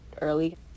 early